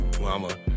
mama